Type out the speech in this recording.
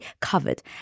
covered